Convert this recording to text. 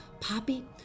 Poppy